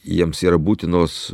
jiems yra būtinos